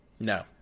No